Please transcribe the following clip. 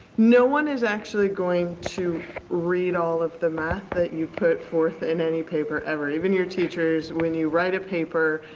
no one is actually going to read all of the math that you put forth in any paper ever, even your teachers. when you write a paper,